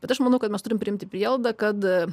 bet aš manau kad mes turime priimti prielaidą kad